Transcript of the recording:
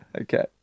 Okay